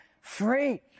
free